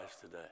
today